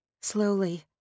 Slowly